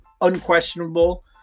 Unquestionable